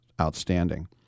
Outstanding